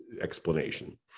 explanation